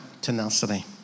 tenacity